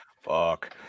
Fuck